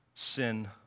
sin